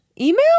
Email